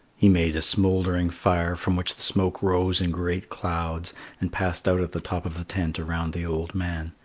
he made a smouldering fire from which the smoke rose in great clouds and passed out at the top of the tent around the old man,